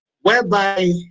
whereby